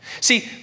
See